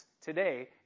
today